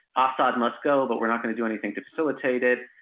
ah assad must go, but we're not going to do anything to facilitate it,